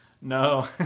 no